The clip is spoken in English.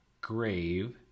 grave